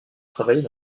travailler